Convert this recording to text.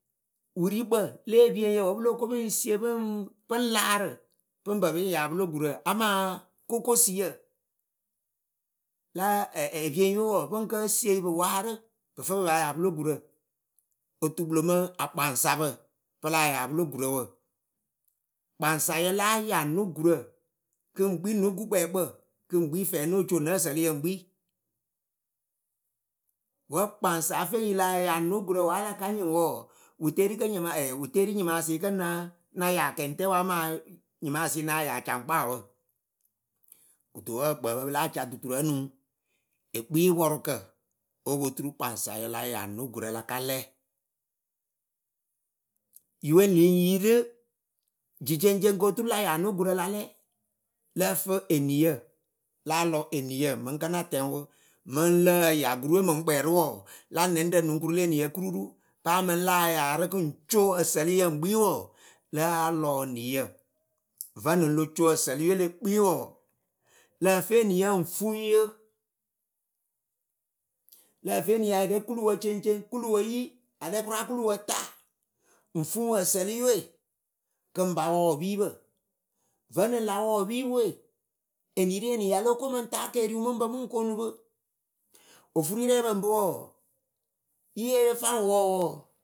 wɨrikpǝ le epieŋyǝ wǝ pɨ lóo ko pɨŋ sie pɨŋ laarɨ pɨŋ pǝ pɨŋ ya pɨlo gurǝ amaa kokosiyǝ, láa epieŋyɨwe wɔɔ pɨŋ ke sieyǝ pɨ warǝ pɨ fɨ pɨ pa ya pɨlo gurǝ otukpɨlo mɨŋ akpaŋsa pɨ láa ya pɨlo gurǝ wǝ. Kpaŋsayǝ láa ya nö gurǝ kɨŋ kpi nö gukpɛɛkpǝ kɨ ŋ kpi na fɛɛ no oco ǝsǝlɨyǝ ŋ kpi wǝ kpaŋsa feŋ yi láa ya nö gurǝ wǝ a la ka nyɩŋ wɔɔ, wɨ teeri kǝ nyɩma wɨ teri nyɩmasɩ na ya kɛŋtɛwǝ amaa kǝ nyɩmasɩ nah ya caŋkpaawǝ. Kɨto wǝ ǝkpǝǝpǝ pɨ láa ca duturǝ o nuŋ « Ekpi pɔrɨkǝ o po turu kpaŋsayǝ la ya nö gurǝ la ka lɛ. Yiwe nɨŋ yirɨ jiceŋceŋ koturu la ya nö gurǝ lakalɛ lǝ́ǝ fɨ eniyǝ. láa lɔ eniyǝ mɨŋkǝ na tɛŋwɨ Mɨŋ láa ya gurɨwe mɨŋ kpɛ rɨ wɔɔ la nɛŋɖǝ nɨŋ kurɨ le eniyǝ kururu paa mɨŋ láa ya rɨ kɨ ŋ co ǝsǝlɨyǝ ŋ kpi wɔɔ, láa lɔ eniyǝ. Vǝnɨŋ lo co ǝsǝlɨye le kpi wɔɔ, lǝ ǝfɨ eniyǝ ŋ fuŋ yǝ. lǝ fɨ eniyǝ ayɩɖɛ kuluwǝ ceŋceŋ, kuluwǝ yi aɖɛ kʊra kuluwǝ ta ŋ fuŋ ǝsǝlɨyɨwe kɨŋ ba wɔɔ epiipǝ. Vǝnɨŋ la wɔ epiipɨwe, enirieni ya lóo ko mɨŋ ta keeriwǝ mɨŋ pǝ mɨŋ koonu pɨ Ofurirɛɛpǝ ŋ bɨ wɔɔ yɨyeeye faŋ wɔɔ